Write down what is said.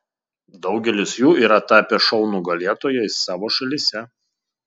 daugelis jų yra tapę šou nugalėtojais savo šalyse